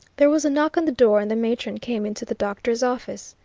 there was a knock on the door, and the matron came into the doctor's office.